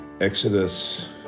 Exodus